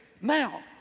Now